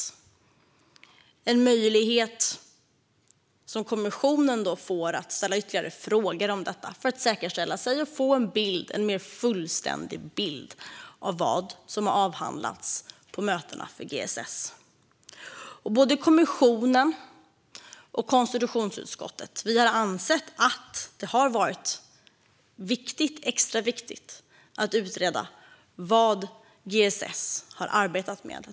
Det är en möjlighet som kommissionen får att ställa ytterligare frågor om detta för att säkerställa och få en mer fullständig bild av vad som har avhandlats på mötena med GSS. Både kommission och konstitutionsutskottet har ansett att det har varit extra viktigt att utreda vad GSS har arbetat med.